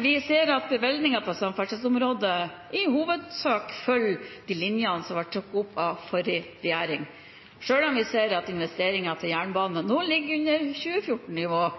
Vi ser at bevilgningene på samferdselsområdet i hovedsak følger de linjene som ble trukket opp av forrige regjering, selv om vi ser at investeringer til jernbane nå